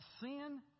sin